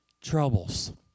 troubles